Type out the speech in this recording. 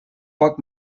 poc